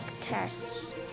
tests